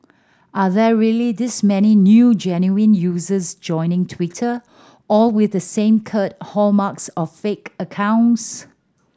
are there really this many new genuine users joining Twitter all with the same crude hallmarks of fake accounts